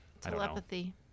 telepathy